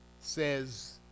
says